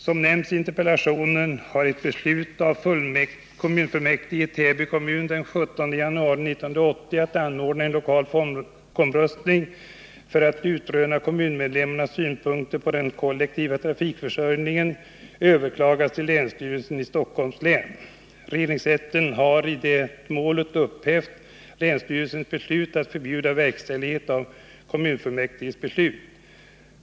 Som nämns i interpellationen har ett beslut av kommunfullmäktige i Täby kommun den 17 januari 1980 att anordna en lokal folkomröstning för att utröna kommunmedlemmarnas synpunkter på den kollektiva trafikförsörjningen överklagats till länsstyrelsen i Stockholms län. Regeringsrätten har i det målet upphävt länsstyrelsens beslut att förbjuda verkställighet av kommunfullmäktiges beslut.